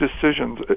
decisions